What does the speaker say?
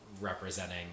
representing